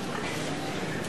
ריבלין,